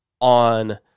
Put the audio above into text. on